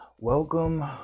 Welcome